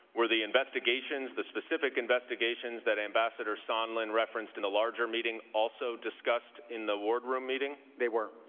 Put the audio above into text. were the investigations the specific investigations that ambassador sondland referenced in a larger meeting also discussed in the ward room meeting? they were.